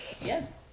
Yes